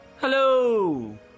hello